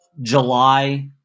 July